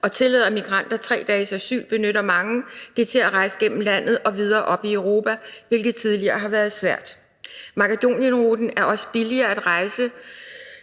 og tillader migranter 3 dages asyl, benytter mange det til at rejse gennem landet og videre op i Europa, hvilket tidligere har været svært. Makedonienruten er også billigere at rejse